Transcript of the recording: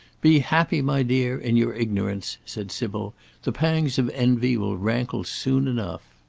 be happy, my dear, in your ignorance! said sybil the pangs of envy will rankle soon enough.